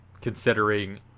considering